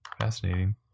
fascinating